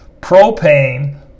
propane